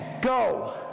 Go